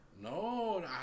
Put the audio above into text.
No